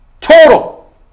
total